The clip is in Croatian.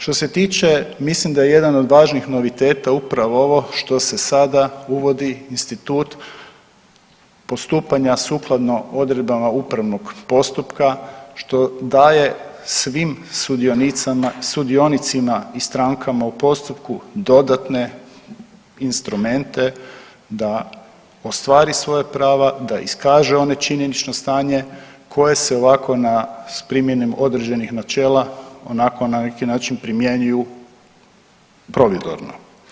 Što se tiče mislim da je jedan od važnih noviteta upravo ovo što se sada uvodi institut postupanja sukladno Odredbama Upravnog postupka što daje svim sudionicama, sudionicima i strankama u postupku dodatne instrumente da ostvari svoja prava, da iskaže one činjenično stanje koje se ovako na s primjenom određenih načela onako na neki način primjenjuju providorno.